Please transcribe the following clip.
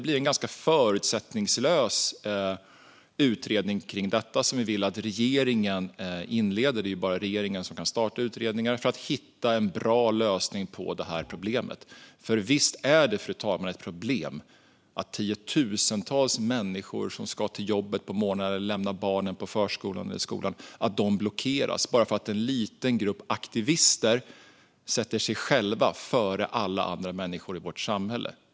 Vi vill att regeringen tillsätter en ganska förutsättningslös utredning för att hitta en bra lösning på detta problem. Det är nämligen ett problem att tiotusentals människor som ska till jobbet eller ska lämna barn på förskola eller skola blockeras bara för att en liten grupp aktivister sätter sig själva före alla andra människor i vårt samhälle.